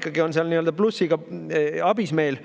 ikkagi on seal plussiga abis meil,